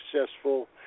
successful